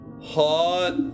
Hot